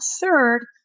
third